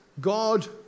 God